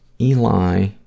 Eli